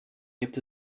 gibt